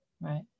Right